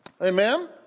Amen